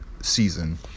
season